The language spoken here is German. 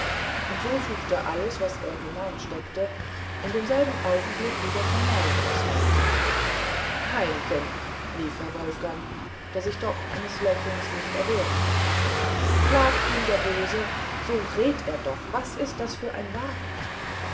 und so suchte alles was er hineinsteckte in demselben augenblick wieder von neuem das weite heimken rief herr wolfgang der sich doch eines lächelns nicht erwehren konnte plagt ihn der böse so red er doch was ist das für ein wagen